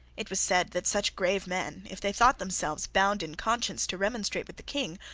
it was said that such grave men, if they thought themselves bound in conscience to remonstrate with the king,